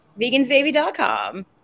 Vegansbaby.com